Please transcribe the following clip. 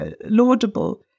laudable